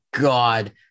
God